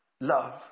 Love